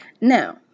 Now